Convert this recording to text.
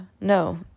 no